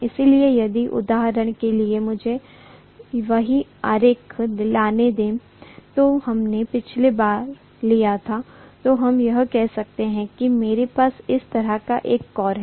इसलिए यदि उदाहरण के लिए मुझे वही आरेख लेने दें जो हमने पिछली बार लिया था तो हम कह सकते है कि मेरे पास इस तरह का एक कोर है